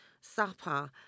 supper